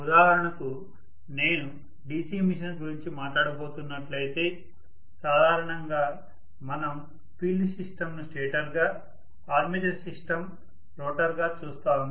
ఉదాహరణకు నేను DC machine గురించి మాట్లాడబోతున్నట్లయితే సాధారణంగా మనం ఫీల్డ్ సిస్టమ్ను స్టేటర్గా ఆర్మేచర్ సిస్టమ్ రోటర్గా చూస్తాము